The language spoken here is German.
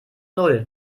null